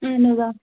اہن حظ آ